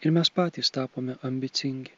ir mes patys tapome ambicingi